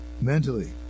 mentally